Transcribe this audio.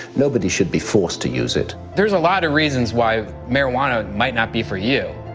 nobody should be forced to use it. there's a lot of reasons why marijuana might not be for you.